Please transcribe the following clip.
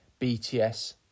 BTS